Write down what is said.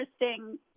interesting